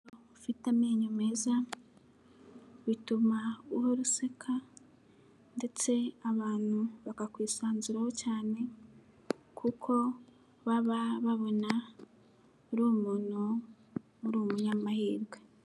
Ufite amenyo meza bituma uhora useka ndetse abantu bakakwisanzuraho cyane kuko baba babona uri umuntu uri umunyamahirwe.